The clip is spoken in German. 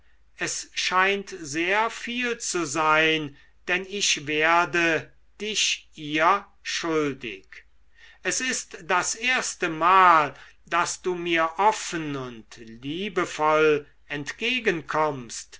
es scheint sehr viel zu sein denn ich werde dich ihr schuldig es ist das erstemal daß du mir offen und liebevoll entgegenkommst